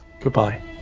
Goodbye